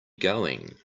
going